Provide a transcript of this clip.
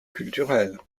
culturelle